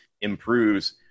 improves